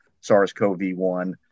SARS-CoV-1